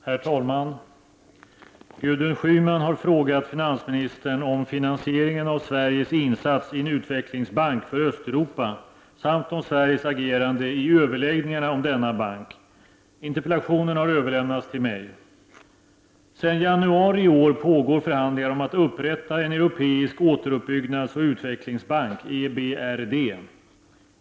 Herr talman! Gudrun Schyman har frågat finansministern om finansieringen av Sveriges insats i en utvecklingssbank för Östeuropa samt om Sveriges agerande i överläggningarna om denna bank. Interpellationen har överlämnats till mig. Sedan januari i år pågår förhandlingar om att upprätta en europeisk återuppbyggnadsoch utvecklingsbank, EBRD.